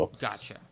Gotcha